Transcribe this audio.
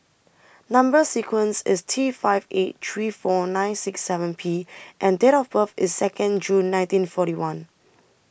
Number sequence IS T five eight three four nine six seven P and Date of birth IS Second June nineteen forty one